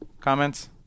comments